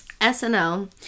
SNL